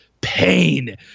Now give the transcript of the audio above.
pain